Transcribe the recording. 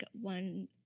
one